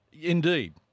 Indeed